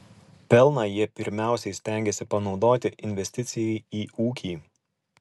pelną jie pirmiausia stengiasi panaudoti investicijai į ūkį